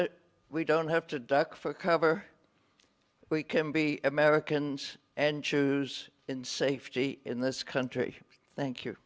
it we don't have to duck for cover we can be americans and choose in safety in this country thank you